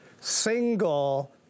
single